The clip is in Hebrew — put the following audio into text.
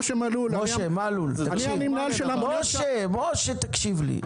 משה מלול, אני המנהל --- משה מלול, תקשיב לי.